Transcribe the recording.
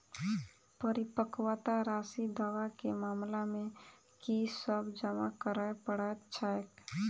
परिपक्वता राशि दावा केँ मामला मे की सब जमा करै पड़तै छैक?